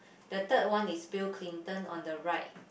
the third one is Bill-Clinton on the right